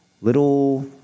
little